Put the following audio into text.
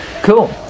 Cool